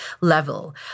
level